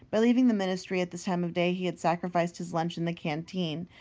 but leaving the ministry at this time of day he had sacrificed his lunch in the canteen,